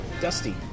dusty